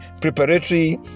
preparatory